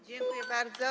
Dziękuję bardzo.